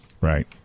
Right